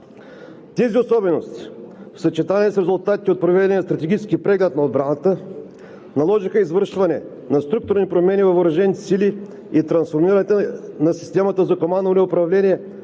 Тези особености, в съчетание с резултатите от проведения стратегически преглед на отбраната, наложиха извършване на структурни промени във въоръжените сили и трансформирането на системата за командване и управление